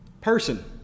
person